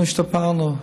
אנחנו השתפרנו.